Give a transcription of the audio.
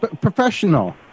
Professional